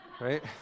right